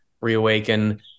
reawaken